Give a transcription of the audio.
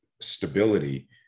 stability